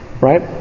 Right